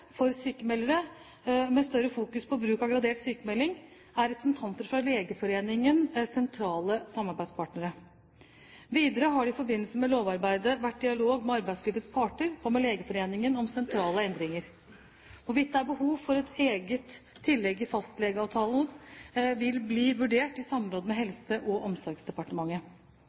for sykmeldere, med større fokus på bruk av gradert sykmelding, er representanter fra Legeforeningen sentrale samarbeidspartnere. Videre har det i forbindelse med lovarbeidet vært dialog med arbeidslivets parter og med Legeforeningen om sentrale endringer. Hvorvidt det er behov for et eget tillegg i fastlegeavtalen, vil bli vurdert i samråd med Helse- og omsorgsdepartementet.